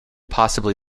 possibly